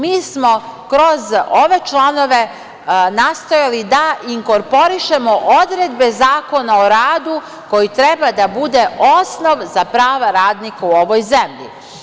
Mi smo kroz ove članove nastojali da inkorporišemo odredbe Zakona o radu koji treba da bude osnov za prava radnika u ovoj zemlji.